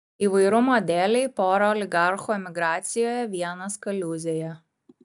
įvairumo dėlei pora oligarchų emigracijoje vienas kaliūzėje